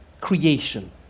creation